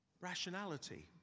rationality